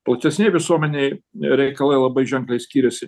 platesnėj visuomenėj reikalai labai ženkliai skiriasi